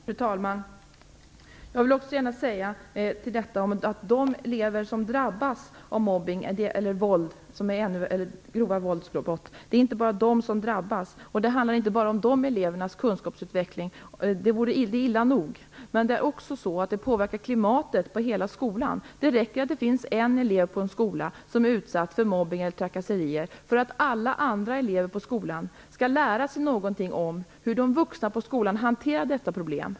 Fru talman! Jag vill gärna också säga att det inte bara är de som utsätts för mobbning och grova våldsbrott som drabbas. Det handlar inte bara om de elevernas kunskapsutveckling. Det är illa nog, men det påverkar också klimatet för hela skolan. Det räcker att en elev på en skola är utsatt för mobbning eller trakasserier för att alla andra elever på skolan skall lära sig något om hur de vuxna på skolan hanterar detta problem.